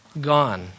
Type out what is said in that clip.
gone